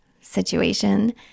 situation